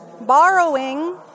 Borrowing